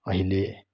अहिले